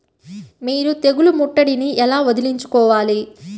మీరు తెగులు ముట్టడిని ఎలా వదిలించుకోవాలి?